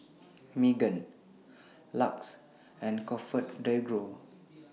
Megan LUX and ComfortDelGro